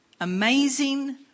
amazing